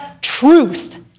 TRUTH